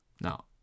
Now